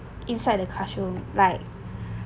inside the classroom like